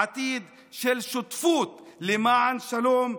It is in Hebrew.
עתיד של שותפות למען שלום,